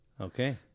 Okay